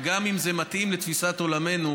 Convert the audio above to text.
וגם אם זה מתאים לתפיסת עולמנו,